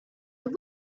woot